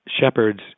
shepherds